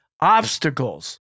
obstacles